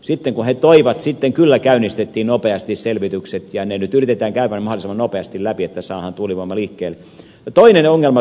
sitten kun he toivat sitten kyllä käynnistettiin nopeasti selvitykset ja ne nyt yritetään käydä mahdollisimman nopeasti läpi että saadaan tuulivoima liikkeelle